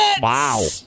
Wow